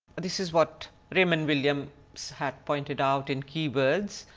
this is what raymond williams had pointed out in keywords.